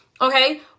okay